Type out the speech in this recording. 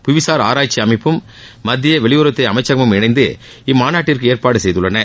புவிசார் ஆராய்ச்சி அமைப்பும் மத்திய வெளியுறவுத்துறை அமைச்சகமும் இணைந்து இம்மாநாட்டிற்கு ஏற்பாடு செய்துள்ளன